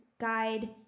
guide